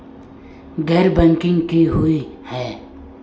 गैर बैंकिंग की हुई है?